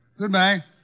Goodbye